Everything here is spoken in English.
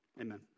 Amen